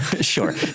Sure